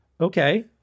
Okay